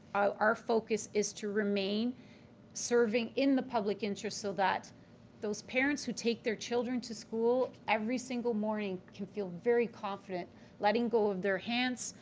our focus is to remain serving in the public interest so that those parents who take their children to school every single morning can feel very confident letting go of their hands,